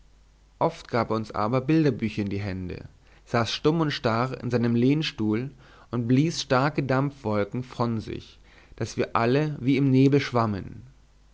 oft gab er uns aber bilderbücher in die hände saß stumm und starr in seinem lehnstuhl und blies starke dampfwolken von sich daß wir alle wie im nebel schwammen